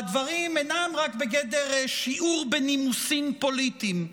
הדברים אינם רק בגדר שיעור בנימוסים פוליטיים.